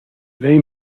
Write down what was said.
they